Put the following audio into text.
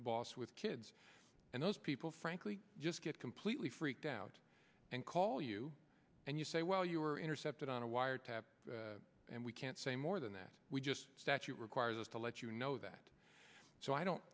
boss with kids and those people frankly just get completely freaked out and call you and you say well you were intercepted on a wiretap and we can't say more than that we just statute requires us to let you know that so i don't